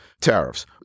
tariffs